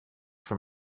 from